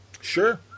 Sure